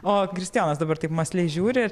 o kristijonas dabar taip mąsliai žiūri